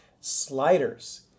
Sliders